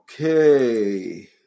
okay